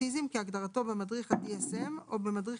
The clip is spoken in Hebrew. ״אוטיזם״ - כהגדרתו במדריך ה-DSM או במדריך